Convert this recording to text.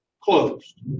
closed